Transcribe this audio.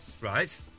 Right